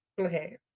okay